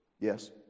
Yes